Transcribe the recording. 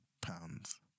pounds